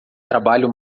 trabalho